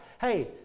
Hey